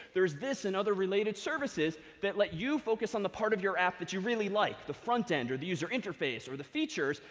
there's this and other related services that let you focus on the part of your app that you really like, the front-end or the user interface, or the features,